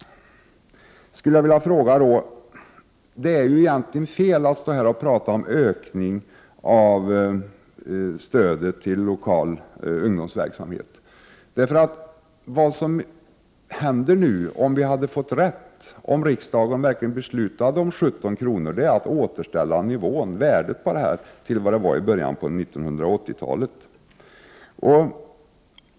Det är egentligen fel att stå här och tala om ökning av stödet till lokal ungdomsverksamhet. Om riksdagen hade beslutat om 17 kr. skulle det innebära att man återställde värdet på detta stöd till den nivå som det hade i början av 1980-talet.